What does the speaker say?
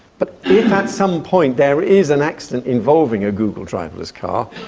but if at some point there is an accident involving a google driverless car,